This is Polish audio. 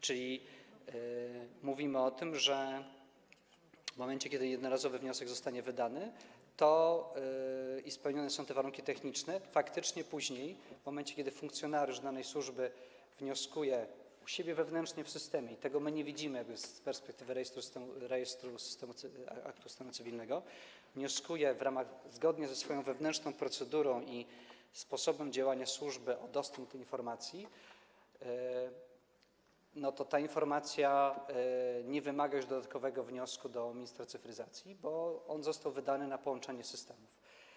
Czyli mówimy o tym, że w momencie kiedy jednorazowy wniosek zostanie wydany i spełnione są warunki techniczne, to faktycznie później, w momencie kiedy funkcjonariusz danej służby wnioskuje u siebie wewnętrznie w systemie, i tego my nie widzimy z perspektywy rejestru stanu cywilnego, wnioskuje zgodnie ze swoją wewnętrzną procedurą i sposobem działania służby o dostęp do informacji, ta informacja nie wymaga już dodatkowego wniosku do ministra cyfryzacji, bo on został wydany na połączeniu systemów.